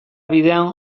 bidean